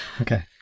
Okay